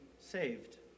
saved